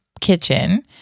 kitchen